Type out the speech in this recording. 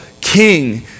king